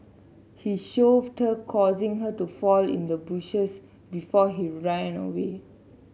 he shoved her causing her to fall into the bushes before he ran away